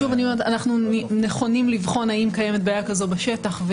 אנחנו נכונים לבחון האם קיימת בעיה כזאת בשטח.